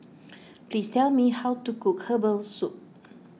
please tell me how to cook Herbal Soup